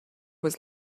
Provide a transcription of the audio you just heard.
was